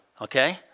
okay